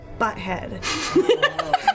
butthead